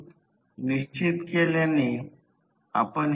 67 कोन 37